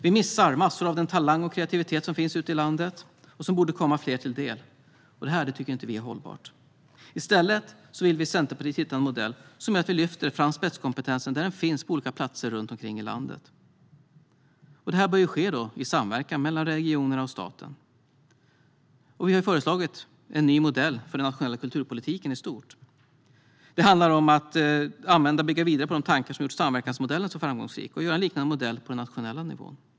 Vi missar massor av den talang och kreativitet som finns ute i landet och som borde komma fler till del, och det tycker inte vi är hållbart. I stället vill vi i Centerpartiet hitta en modell som gör att vi lyfter fram spetskompetens där den finns på olika platser runt omkring i landet, och det bör ske i samverkan mellan regionerna och staten. Vi har föreslagit en ny modell för den nationella kulturpolitiken i stort. Det handlar om att bygga vidare på de tankar som gjort samverkansmodellen så framgångsrik och göra en liknande modell för den nationella nivån.